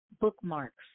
bookmarks